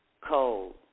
cold